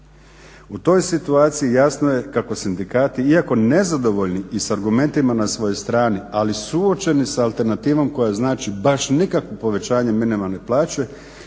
U toj situaciji jasno je kako sindikati iako nezadovoljni i s argumentima na svojoj strani, ali suočeni s alternativom koja znači baš nikakvo povećanje minimalne plaće